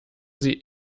sie